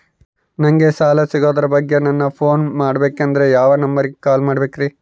ನಂಗೆ ಸಾಲ ಸಿಗೋದರ ಬಗ್ಗೆ ನನ್ನ ಪೋನ್ ಮಾಡಬೇಕಂದರೆ ಯಾವ ನಂಬರಿಗೆ ಕಾಲ್ ಮಾಡಬೇಕ್ರಿ?